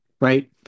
right